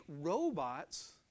robots